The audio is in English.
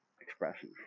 expression